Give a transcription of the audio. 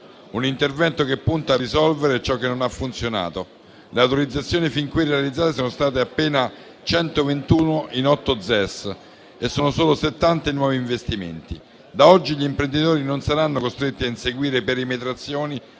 un intervento che punta a risolvere ciò che non ha funzionato. Le autorizzazioni fin qui realizzate sono state appena 121 in otto ZES e sono solo 70 i nuovi investimenti. Da oggi, gli imprenditori non saranno costretti a inseguire perimetrazioni